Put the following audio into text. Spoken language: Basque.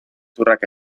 gezurrak